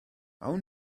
awn